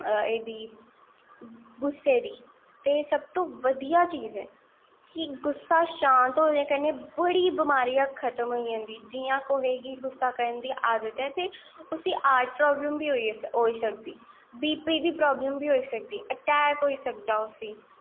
एह्दी गुस्से दी ते सब तो बधिया चीज ऐ कि गुस्सा शांत होने कन्नै बड़ी बमारियां खत्म होई जंदी जि'यां कुसै गी गुस्सा करन दी आदत ऐ ते उसी हार्ट प्रॉब्लम बी होई सकदी बी पी दी प्रॉब्लम बी होई सकदी अटैक होई सकदा उसी